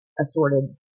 assorted